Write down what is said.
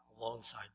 alongside